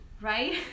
Right